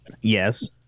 Yes